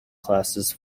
classes